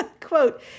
Quote